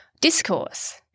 discourse